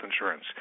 insurance